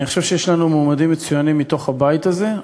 אני חושב שיש לנו מועמדים מצוינים מתוך הבית הזה,